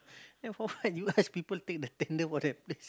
then for what you ask people take the tender for that place